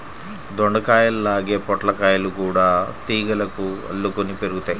దొండకాయల్లాగే పొట్లకాయలు గూడా తీగలకు అల్లుకొని పెరుగుతయ్